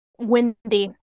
Windy